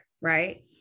right